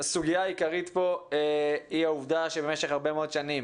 הסוגיה העיקרית פה היא העובדה שבמשך הרבה מאוד שנים